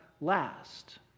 last